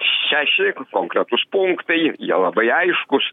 šeši konkretūs punktai jie labai aiškūs